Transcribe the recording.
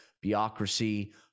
bureaucracy